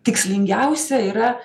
tikslingiausia yra